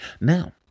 Now